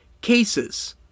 cases